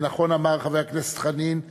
ונכון אמר חבר הכנסת חנין,